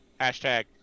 hashtag